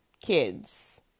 kids